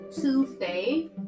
Tuesday